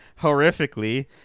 horrifically